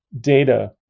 data